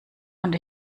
und